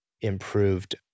improved